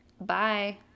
Bye